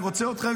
אני רוצה אתכם,